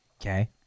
Okay